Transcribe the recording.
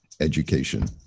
education